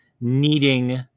needing